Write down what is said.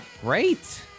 Great